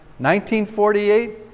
1948